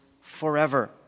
forever